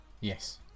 Yes